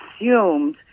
assumed